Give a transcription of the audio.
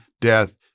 death